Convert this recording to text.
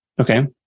Okay